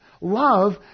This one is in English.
Love